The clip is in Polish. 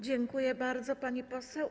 Dziękuję bardzo, pani poseł.